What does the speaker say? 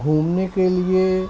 گھومنے کے لیے